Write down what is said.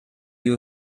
you